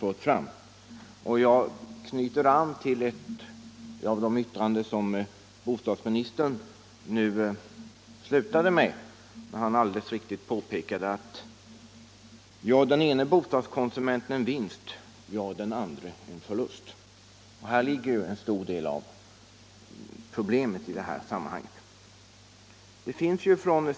I slutet av sitt anförande påpekade bostadsministern — alldeles riktigt — att gör den ene bostadskonsumenten en vinst gör den andre en förlust. Här ligger en stor del av problemet i sammanhanget.